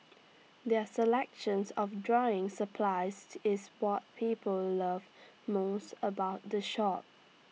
their selections of drawing supplies to is what people love most about the shop